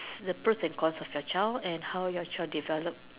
the pros and cons of your child and how your child develop